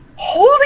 Holy